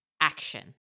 action